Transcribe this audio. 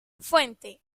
fuente